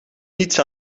niets